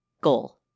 goal